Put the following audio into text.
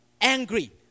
angry